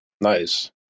Nice